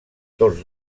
tots